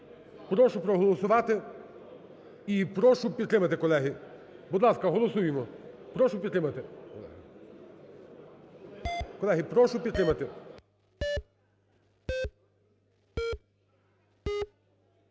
Прошу проголосувати і прошу підтримати, колеги. Будь ласка, голосуємо. Прошу підтримати. Колеги, прошу підтримати.